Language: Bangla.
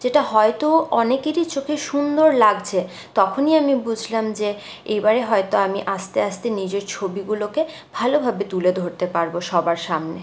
যেটা হয়তো অনেকেরই চোখে সুন্দর লাগছে তখনই আমি বুঝলাম যে এবারে হয়তো আমি আস্তে আস্তে নিজের ছবিগুলোকে ভালোভাবে তুলে ধরতে পারব সবার সামনে